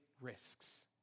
risks